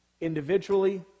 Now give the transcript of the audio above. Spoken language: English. individually